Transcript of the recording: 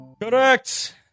correct